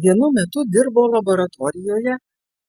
vienu metu dirbo laboratorijoje